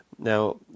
Now